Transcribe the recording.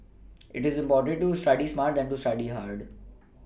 it is important to study smart than to study hard